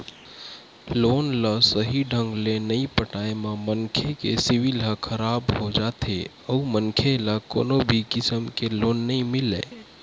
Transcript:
loan ल सहीं ढंग ले नइ पटाए म मनखे के सिविल ह खराब हो जाथे अउ मनखे ल कोनो भी किसम के लोन नइ मिलय